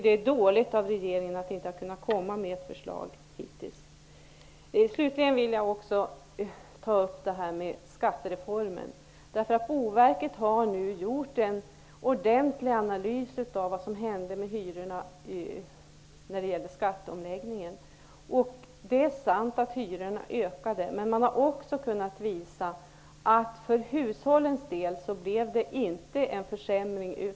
Det är dåligt av regeringen att man hittills inte har kommit med ett förslag. Slutligen gäller det skattereformen. Boverket har nu gjort en ordentlig analys av vad som hände med hyrorna när det gällde skatteomläggningen. Det är sant att hyrorna blev högre. Men man har också kunnat visa att det för hushållens del inte blev någon försämring.